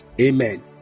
Amen